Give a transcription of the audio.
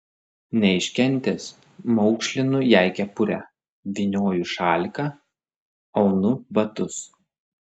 neiškentęs maukšlinu jai kepurę vynioju šaliką aunu batus